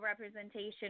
representation